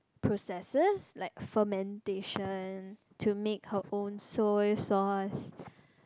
process like fermentation to make her own soy sauce